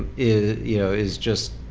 is you know is just,